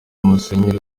musenyeri